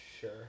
Sure